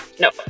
no